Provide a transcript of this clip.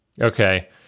Okay